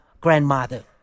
grandmother